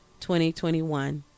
2021